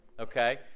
Okay